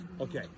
Okay